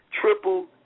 triple